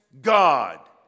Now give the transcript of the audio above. God